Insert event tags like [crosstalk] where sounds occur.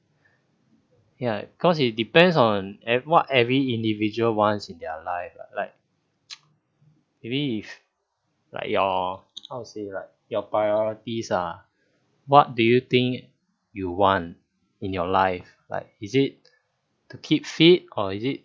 ya cause it depends on ev~ what every individual wants in their life lah like [noise] maybe if like your how to say like your priorities ah what do you think you want in your life like is it to keep fit or is it